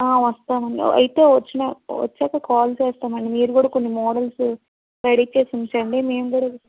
వస్తానండి అయితే వచ్చిన వచ్చాక కాల్ చేస్తామండి మీరు కూడా కొన్ని మోడల్సు రెడీ చేసి ఉంచండీ మేం కూడా